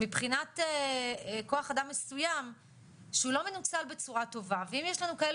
מבחינת כוח אדם מסוים שהוא לא מנוצל בצורה טובה ואם יש לנו כאלה